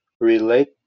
relate